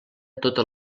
tota